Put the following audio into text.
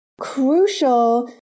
crucial